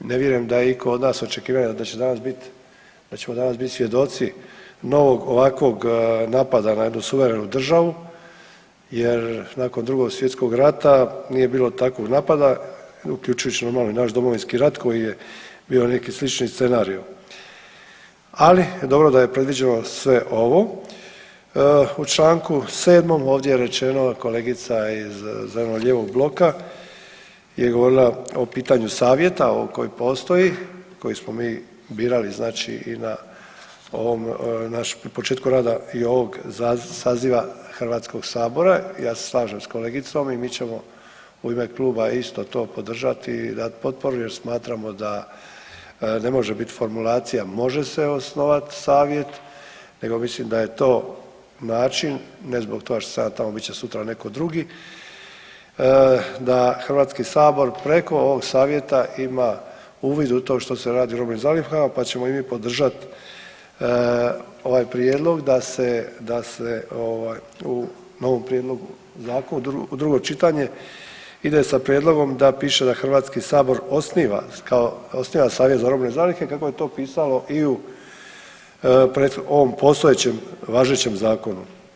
Ne vjerujem da je iko od nas očekivanja da ćemo danas bit svjedoci novog ovakvog napada na jednu suverenu državu jer nakon II. svjetskog rata nije bilo takvog napada, uključujući normalno i naš Domovinski rat koji je bio neki slični scenario, ali dobro da je predviđeno sve ovo u Članku 7. ovdje je rečeno, kolegica iz zeleno-lijevog bloka je govorila o pitanju savjeta ovog koji postoji, koji smo mi birali znači i na ovom našem, u početku i ovog saziva Hrvatskog sabora i ja se slažem s kolegicom i mi ćemo u ime kluba isto podržati i dati potporu jer smatramo da ne može biti formulacija može se osnovati savjet nego mislim da je to način, ne zbog toga što sam ja tamo bit će sutra netko drugi, da Hrvatski sabor preko ovog savjeta ima uvid u to što se radi u robnim zalihama pa ćemo i mi podržati ovaj prijedlog da se, da se u novom prijedlogu zakona u drugo čitanje ide sa prijedlogom da piše da Hrvatski sabor osniva kao osniva savjet za robne zalihe kako je to pisalo i u ovom postojećem važećem zakonu.